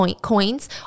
coins